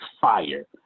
fire